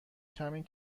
کمی